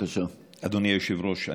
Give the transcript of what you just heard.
היושב-ראש,